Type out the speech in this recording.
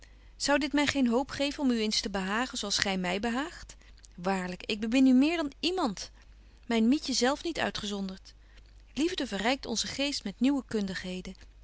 zou dit my geen hoop geven om u eens te behagen zo als gy my behaagt waarlyk ik bemin u meer dan iemand myn mietje zelf niet uitgezondert liefde verrykt onzen geest met nieuwe kundigheden